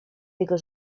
jego